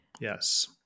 Yes